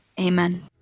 Amen